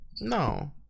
no